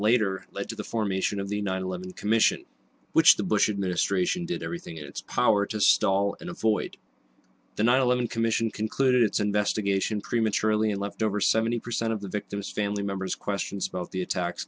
later led to the formation of the nine eleven commission which the bush administration did everything in its power to stall and avoid the nine eleven commission concluded its investigation prematurely and left over seventy percent of the victims family members questions about the attacks